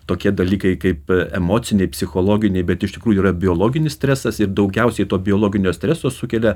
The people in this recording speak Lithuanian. tokie dalykai kaip emociniai psichologiniai bet iš tikrųjų yra biologinis stresas ir daugiausiai to biologinio streso sukelia